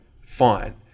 fine